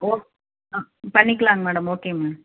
okay ஆ பண்ணிக்கலாங்க madam ஓகேங்க